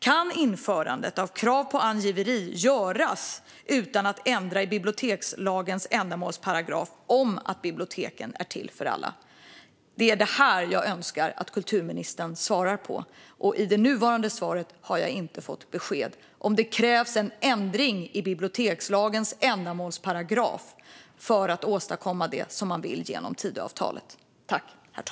Kan krav på angiveri införas utan att ändra i bibliotekslagens ändamålsparagraf om att biblioteken är till för alla? Det är det här jag önskar att kulturministern svarar på. I det nuvarande svaret har jag inte fått besked om det krävs en ändring i bibliotekslagens ändamålsparagraf för att åstadkomma det man vill genom Tidöavtalet.